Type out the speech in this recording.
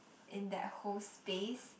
in that whole space